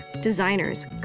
designers